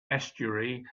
estuary